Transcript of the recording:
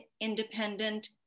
independent